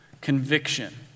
conviction